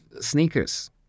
sneakers